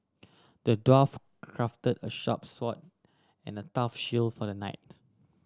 the dwarf crafted a sharp sword and a tough shield for the knight